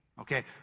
Okay